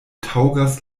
taŭgas